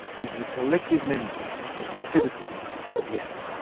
is the collective memory of the citizens of yap.